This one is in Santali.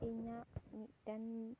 ᱤᱧᱟᱹᱜ ᱢᱤᱫᱴᱮᱱ